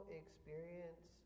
experience